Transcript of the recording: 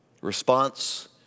response